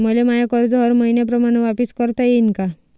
मले माय कर्ज हर मईन्याप्रमाणं वापिस करता येईन का?